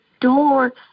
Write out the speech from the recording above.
door